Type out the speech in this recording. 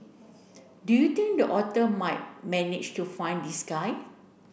do you think the otter might manage to find these guy